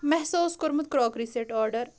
مےٚ ہسا اوس کوٚرمُت کراکری سیٚٹ آرڈر